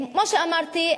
כמו שאמרתי,